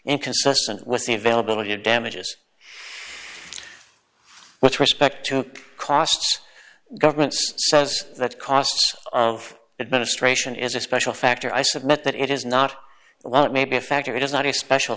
inconsistent with the availability of damages with respect to costs governments says that cost of administration is a special factor i submit that it is not well it may be a factor it is not a special